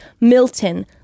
Milton